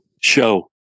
Show